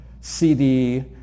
CD